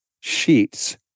sheets